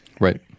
Right